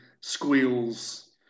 squeals